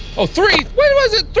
oh, three, when was it three?